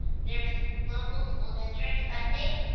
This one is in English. there's local school district funding,